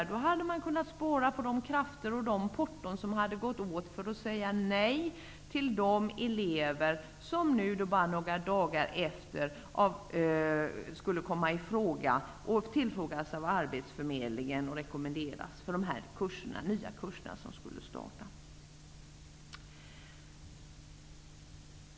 Då hade man kunnat spara de krafter och de porton som gått åt för att säga nej till de elever som nu bara några dagar senare skulle komma i fråga och av arbetsförmedlingarna rekommenderas för de nya kurser som skulle starta.